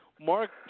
Mark